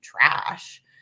trash